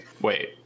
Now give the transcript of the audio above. Wait